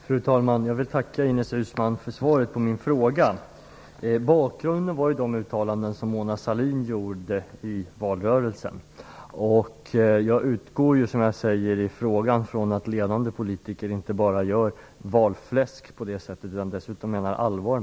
Fru talman! Jag vill tacka Ines Uusmann för svaret på min fråga. Bakgrunden är de uttalanden som Mona Sahlin gjorde i valrörelsen. Jag utgår från, som jag säger i frågan, att ledande politiker inte bara ger valfläsk utan också menar allvar.